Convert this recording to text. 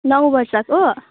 नौ वर्षको